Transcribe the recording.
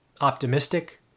optimistic